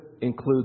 include